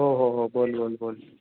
हो हो हो बोल बोल बोल